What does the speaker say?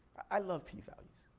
i love p values.